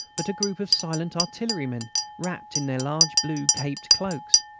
but a group of silent artillerymen wrapped in their large blue caped cloaks.